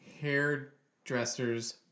hairdresser's